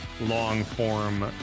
Long-form